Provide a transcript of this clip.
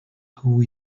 who